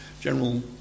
general